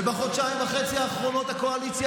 ובחודשיים וחצי האחרונים הקואליציה